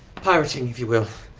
pirating, if you will.